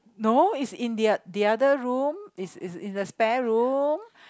no is in the oth~ the other room it's it's in the spare room